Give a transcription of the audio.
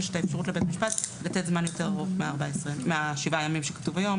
את האפשרות לבית משפט לתת זמן יותר ארוך משבעת הימים שכתוב היום